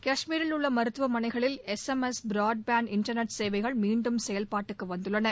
கஷ்மீரில் உள்ளமருத்துவமனைகளில் S M S broadband internet சேவைகள் மீண்டும் செயல்பாட்டுக்குவந்துள்ளன